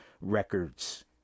records